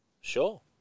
Sure